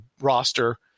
roster